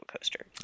coaster